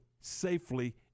safely